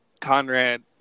Conrad